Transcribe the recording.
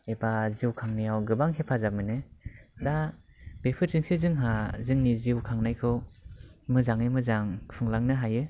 एबा जिउ खांनायाव गोबां हेफाजाब मोनो दा बेफोरजोंसो जोंहा जोंनि जिउ खांनायखौ मोजाङै मोजां खुंलांनो हायो